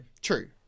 True